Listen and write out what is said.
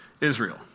Israel